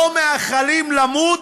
לו מאחלים למות?